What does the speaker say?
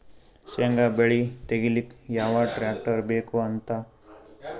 ಶೇಂಗಾ ಬೆಳೆ ತೆಗಿಲಿಕ್ ಯಾವ ಟ್ಟ್ರ್ಯಾಕ್ಟರ್ ಬೇಕು ಮತ್ತ ಅದು ಎಲ್ಲಿ ಸಿಗತದ?